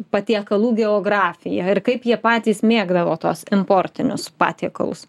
patiekalų geografija ir kaip jie patys mėgdavo tuos importinius patiekalus